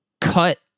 cut